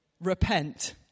repent